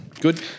Good